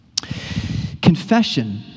Confession